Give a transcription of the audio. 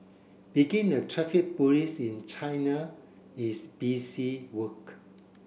begin a Traffic Police in China is busy work